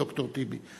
ד"ר טיבי.